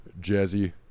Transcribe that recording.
Jazzy